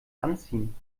anziehen